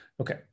Okay